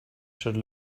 should